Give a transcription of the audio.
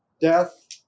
Death